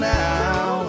now